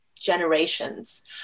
generations